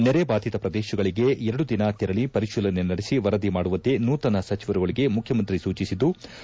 ನೆರೆ ಬಾಧಿತ ಪ್ರದೇಶಗಳಿಗೆ ಎರಡು ದಿನ ತೆರಳಿ ಪರಿತೀಲನೆ ನಡೆಸಿ ವರದಿ ಮಾಡುವಂತೆ ನೂತನ ಸಚಿವರುಗಳಿಗೆ ಮುಖ್ಯಮಂತ್ರಿ ಸೂಚಿಸಿದ್ಲು